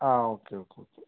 ആ okay okay okay